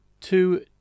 two